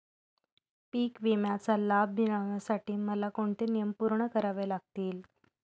पीक विम्याचा लाभ मिळण्यासाठी मला कोणते नियम पूर्ण करावे लागतील?